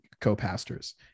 co-pastors